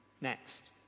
next